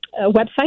website